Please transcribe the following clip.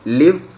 live